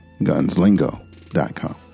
GunsLingo.com